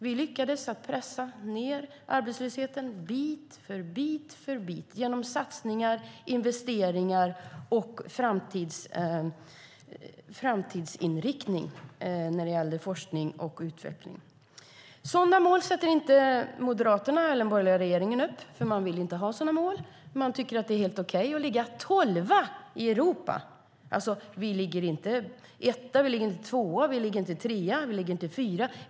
Vi lyckades pressa ned arbetslösheten bit för bit för bit genom satsningar, investeringar och framtidsinriktning när det gällde forskning och utveckling. Sådana mål sätter inte den borgerliga regeringen upp, för man vill inte ha sådana mål. Man tycker att det är helt okej att ligga tolva i Europa. Vi ligger alltså inte etta, vi ligger inte tvåa, vi ligger inte trea, vi ligger inte fyra.